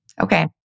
Okay